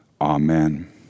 Amen